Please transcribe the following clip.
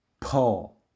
Paul